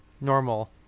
normal